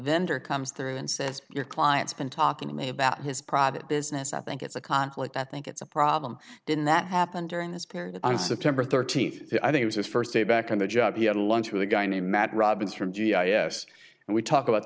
vendor comes through and says your client's been talking to me about his private business i think it's a conflict i think it's a problem didn't that happen during this period on september thirteenth i think was his first day back on the job he had lunch with a guy named matt robbins from g i s and we talk about